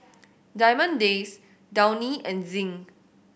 Diamond Days Downy and Zinc